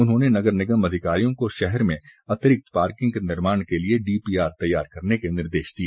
उन्होंने नगर निगम अधिकारियों को शहर में अतिरिक्त पार्किंग के निर्माण के लिए डीपीआर तैयार करने के निर्देश दिए